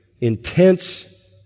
intense